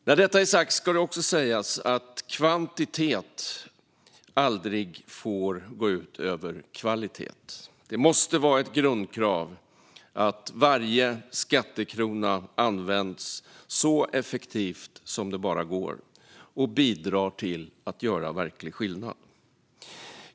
När detta är sagt ska det också sägas att kvantitet aldrig får gå ut över kvalitet. Det måste vara ett grundkrav att varje skattekrona används så effektivt som det bara går och bidrar till att göra verklig skillnad.